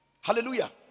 Hallelujah